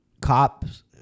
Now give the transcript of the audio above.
cops